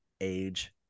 age